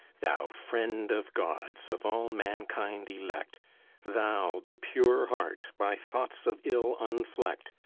thou friend of gods, of all mankind elect thou the pure heart, by thoughts of ill unflecked!